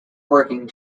working